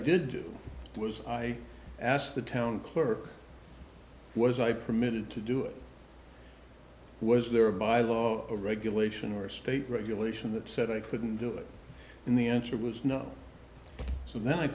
do was i asked the town clerk was i permitted to do it was there a by law or regulation or state regulation that said i couldn't do it in the answer was no so then i